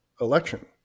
election